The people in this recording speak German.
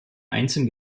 einzeln